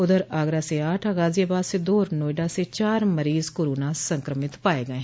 उधर आगरा स आठ गाजियाबाद से दो और नोएडा से चार मरीज कोरोना संक्रमित पाये गये हैं